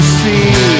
see